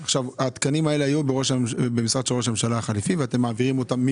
התקנים האלה היו במשרד ראש הממשלה החליפי ואתם מעבירים אותם.